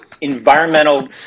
environmental